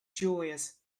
joyous